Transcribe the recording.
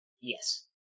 Yes